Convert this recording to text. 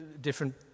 different